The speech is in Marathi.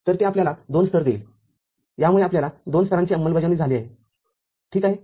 तर हे आपल्याला दोन स्तर देईलयामुळे आपल्याला दोन स्तरांची अंमलबजावणी झाली असेल ठीक आहे